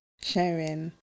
sharing